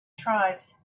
tribes